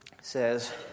says